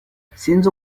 nsinzi